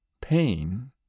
pain